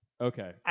Okay